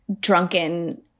drunken